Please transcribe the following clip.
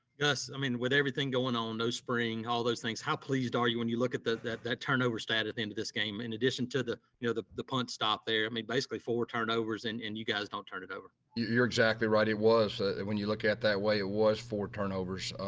yes, i mean, with everything going on, no spring all those things. how pleased are you when you look at that that that turnover stat at the end of this game, in addition to the, you know, the the punt stop there, i mean, basically four turnovers and and you guys don't turn it over? you're exactly right. it was when you look at that way, it was four turnovers.